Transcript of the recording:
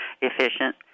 efficient